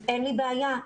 אין לי בעיה,